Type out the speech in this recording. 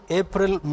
april